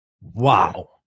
Wow